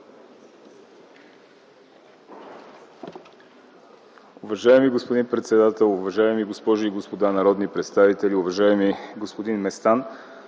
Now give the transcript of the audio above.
Уважаеми господин председател, уважаеми дами и господа народни представители! Уважаема госпожо Крумова,